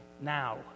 now